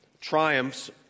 Triumphs